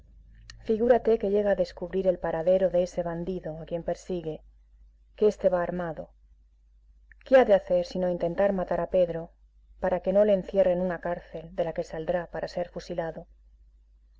figúrate que llega a descubrir el paradero de ese bandido a quien persigue que este va armado qué ha de hacer sino intentar matar a pedro para que no le encierre en una cancel de la que saldrá para ser fusilado